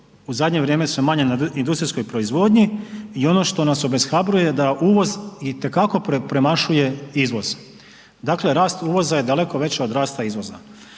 u zadnje vrijeme sve manje na industrijskoj proizvodnji i ono što nas obeshrabruje da uvoz itekako premašuje izvoz, dakle rast uvoza je daleko veći od rasta izvoza.